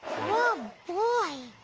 whoa boy.